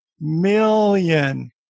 million